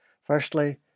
Firstly